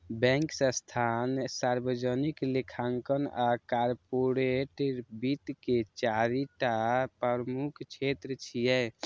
bank, संस्थान, सार्वजनिक लेखांकन आ कॉरपोरेट वित्त के चारि टा प्रमुख क्षेत्र छियै